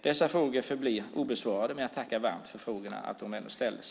Dessa frågor förblir obesvarade, men jag tackar varmt för frågorna som ställdes.